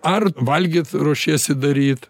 ar valgyt ruošiesi daryt